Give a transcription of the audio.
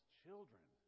children